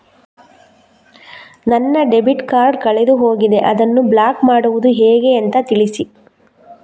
ನನ್ನ debit card ಕಳೆದು ಹೋಗಿದೆ, ಅದನ್ನು ಬ್ಲಾಕ್ ಮಾಡುವುದು ಹೇಗೆ ಅಂತ ತಿಳಿಸಿ?